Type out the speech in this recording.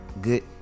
good